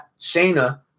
Shayna